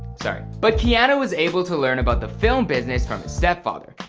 sorry. but keanu was able to learn about the film business from his step-father.